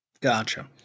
Gotcha